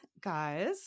guys